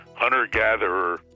hunter-gatherer